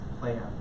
plan